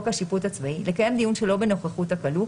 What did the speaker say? השיפוט הצבאי לקיים דיון שלא בנוכחות הכלוא,